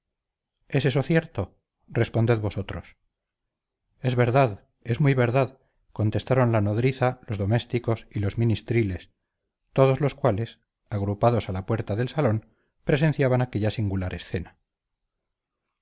es cierto responded vosotros es verdad es muy verdad contestaron la nodriza los domésticos y los ministriles todos los cuales agrupados a la puerta del salón presenciaban aquella singular escena